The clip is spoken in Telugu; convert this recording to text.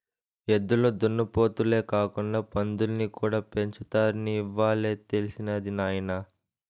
ఎద్దులు దున్నపోతులే కాకుండా పందుల్ని కూడా పెంచుతారని ఇవ్వాలే తెలిసినది నాయన